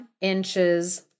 inches